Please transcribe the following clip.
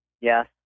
Yes